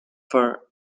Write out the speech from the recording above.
for